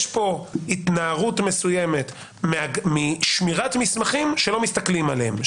יש פה התנערות מסוימת משמירת מסמכים שלא מסתכלים עליהם,